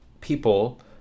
people